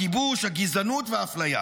הכיבוש, הגזענות והאפליה,